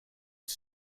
its